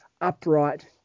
upright